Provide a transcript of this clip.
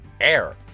air